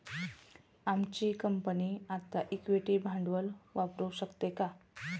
आमची कंपनी आता इक्विटी भांडवल वापरू शकते का?